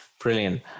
Brilliant